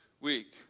week